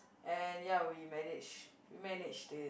and ya we manage we managed it